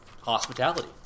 hospitality